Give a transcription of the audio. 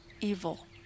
evil